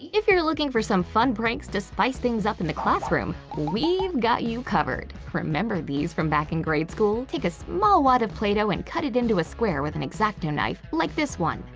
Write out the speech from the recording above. if you're looking for some fun pranks to spice things up in the classroom we've got you covered. remember these from back in grade school? take a small wad of play-doh and cut it into a square with an exacto knife like this one.